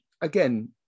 again